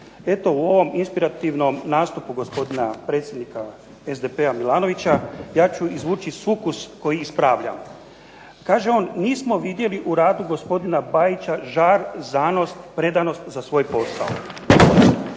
Eto u ovom inspirativnom nastupu gospodina predsjednika SDP-a Milanovića, ja ću izvući sukus koji ispravljam. Kaže on, nismo vidjeli u radu gospodina Bajića žar, zanos, predanost za svoj posao.